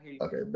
okay